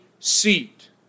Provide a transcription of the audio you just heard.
seat